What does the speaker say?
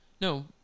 No